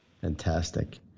Fantastic